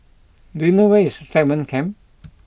do you know where is Stagmont Camp